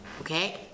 okay